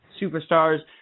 superstars